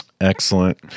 Excellent